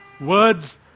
words